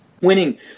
winning